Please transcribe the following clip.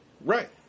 Right